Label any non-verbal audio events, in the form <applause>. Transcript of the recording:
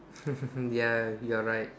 <laughs> ya you are right